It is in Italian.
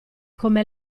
come